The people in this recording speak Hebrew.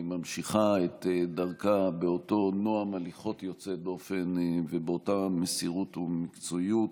ממשיכה את דרכה באותו נועם הליכות יוצא דופן ובאותה מסירות ומקצועיות.